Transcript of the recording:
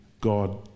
God